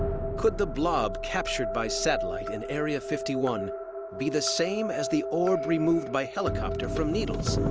could the blob captured by satellite in area fifty one be the same as the orb removed by helicopter from needles?